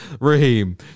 Raheem